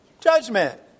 judgment